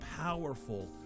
powerful